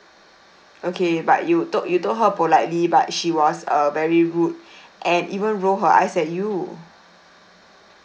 okay but you told you told her politely but she was uh very rude and even roll her eyes at you